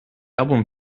album